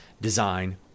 design